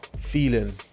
feeling